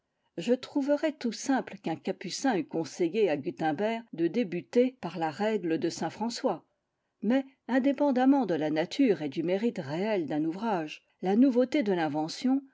je trouverais tout simple qu'un capucin eût conseillé à gutenberg de débuter par la règle de saint françois mais indépendamment de la nature et du mérite réel d'un ouvrage la nouveauté de l'invention